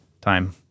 time